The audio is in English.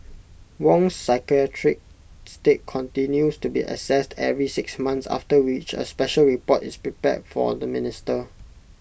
Wong's psychiatric state continues to be assessed every six months after which A special report is prepared for the minister